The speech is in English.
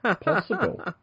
possible